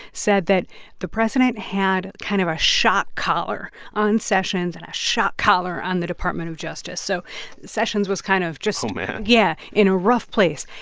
said that the president had kind of a shock collar on sessions and a shock collar on the department of justice. so sessions was kind of just. oh, man yeah, in a rough place.